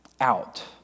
out